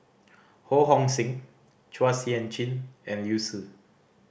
Ho Hong Sing Chua Sian Chin and Liu Si